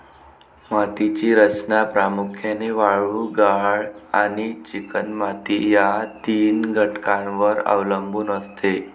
मातीची रचना प्रामुख्याने वाळू, गाळ आणि चिकणमाती या तीन घटकांवर अवलंबून असते